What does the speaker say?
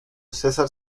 césar